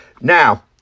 Now